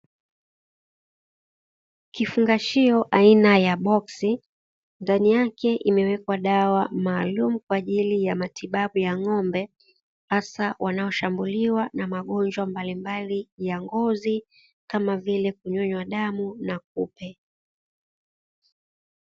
Kifungashio aina ya boksi ndani yake imewekwa dawa maalumu, kwa ajili ya matibabu ya ng'ombe hasa wanaoshambuliwa na magonjwa mbali mbali ya ngozi kama vile kunyonywa damu na kupe.